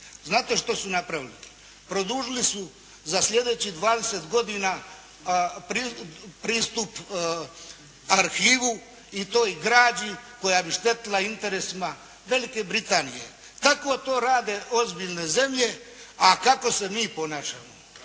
Znate što su napravili? Produžili su za slijedećih 20 godina pristup arhivu i toj građi koja bi štetila interesima Velike Britanije. Tako to rade ozbiljne zemlje, a kako se mi ponašamo.